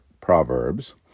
Proverbs